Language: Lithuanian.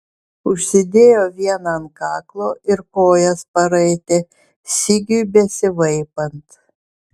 užsidėjo vieną ant kaklo ir kojas paraitė sigiui besivaipant